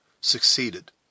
succeeded